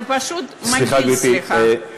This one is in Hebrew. לא, זה פשוט מכעיס, סליחה.